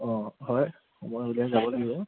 অঁ হয় সময় উলিয়াই যাব লাগিব